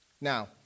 Now